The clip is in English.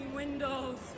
windows